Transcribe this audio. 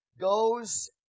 goes